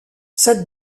cette